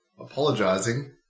apologising